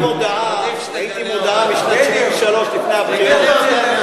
ראיתי מודעה משנת 1973, לפני הבחירות.